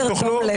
חוסר תום לב...